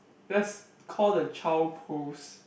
that's call the child pose